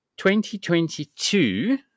2022